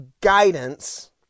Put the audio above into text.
guidance